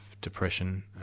depression